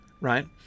right